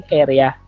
area